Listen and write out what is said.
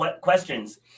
questions